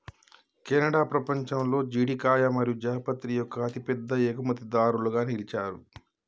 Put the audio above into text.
Canada పపంచంలో జీడికాయ మరియు జాపత్రి యొక్క అతిపెద్ద ఎగుమతిదారులుగా నిలిచారు